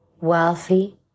wealthy